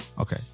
Okay